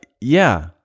yeah